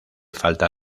falta